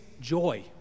joy